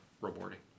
rewarding